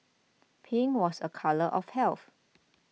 pink was a colour of health